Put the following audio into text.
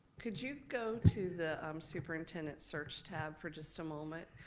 could you go to the um superintendent search tab for just a moment?